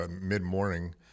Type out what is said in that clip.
mid-morning